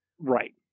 Right